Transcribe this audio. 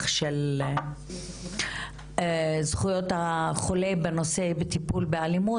של זכויות החולה בנושא בטיפול באלימות,